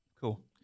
Cool